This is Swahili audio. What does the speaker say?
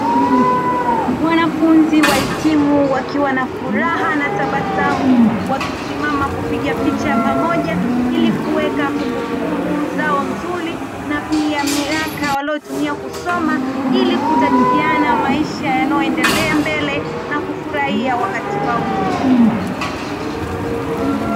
Wanafunzi wahitimu wakiwa na furaha na tabasamu, wakisimama kupiga picha ya pamoja ilikuweka kumbukumbu zao nzuri na pia miaka waliyo tumia kusoma ilikutakiana maisha yanayo endelea mbele nakufurahia wakati wao mzuri.